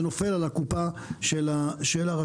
אז זה נופל על הקופה של הרשויות.